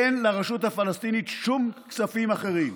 אין לרשות הפלסטינית שום כספים אחרים.